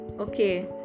okay